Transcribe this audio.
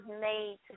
made